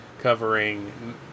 covering